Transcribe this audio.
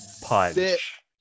punch